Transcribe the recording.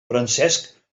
francesc